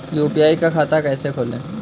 UPI का खाता कैसे खोलें?